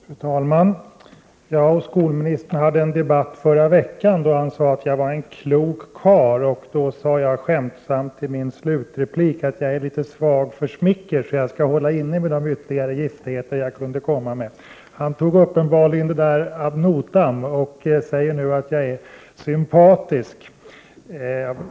Fru talman! Jag och skolministern hade en debatt förra veckan där han sade att jag var en klok karl. Då sade jag skämtsamt i min slutreplik att jag var litet svag för smicker och skulle hålla inne med de ytterligare giftigheter jag kunde komma med. Han tog uppenbarligen det där ad notam och säger nu att jag är sympatisk.